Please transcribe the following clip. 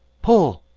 pull!